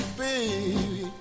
baby